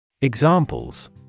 Examples